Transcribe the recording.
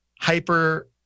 hyper